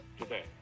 today